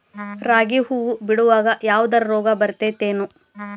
ರಾಗಿ ಹೂವು ಬಿಡುವಾಗ ಯಾವದರ ರೋಗ ಬರತೇತಿ ಏನ್?